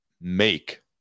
make